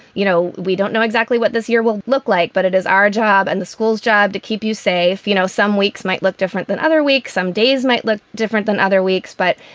you know, we don't know exactly what this year will look like, but it is our job and the school's job to keep you safe. know, some weeks might look different than other week. some days might look different than other weeks. but,